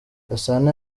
gasana